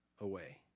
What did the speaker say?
away